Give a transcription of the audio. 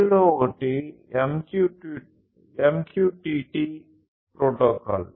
అందులో ఒకటి MQTT protocol